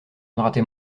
rater